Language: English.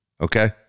okay